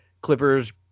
Clippers